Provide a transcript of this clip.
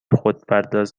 خودپرداز